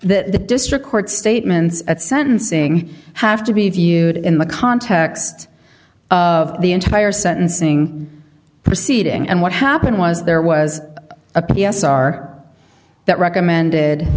the district court statements at sentencing have to be viewed in the context of the entire sentencing proceeding and what happened was there was a p s r that recommended